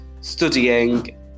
studying